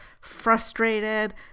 frustrated